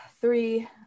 three